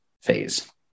phase